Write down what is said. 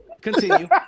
Continue